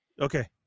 okay